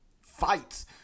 fights